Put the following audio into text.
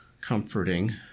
comforting